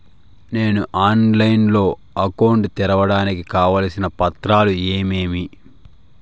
నేను ఆన్లైన్ లో అకౌంట్ తెరవడానికి కావాల్సిన పత్రాలు ఏమేమి?